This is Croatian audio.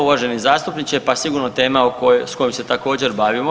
Uvaženi zastupniče pa sigurno s kojom se također bavimo.